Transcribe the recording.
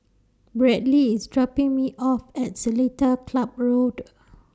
Bradley IS dropping Me off At Seletar Club Road